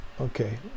Okay